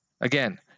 Again